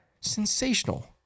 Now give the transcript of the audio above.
sensational